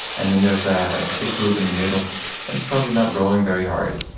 and then there's a ah big group in the middle that are probably not rowing very hard.